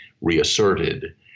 reasserted